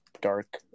dark